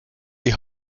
die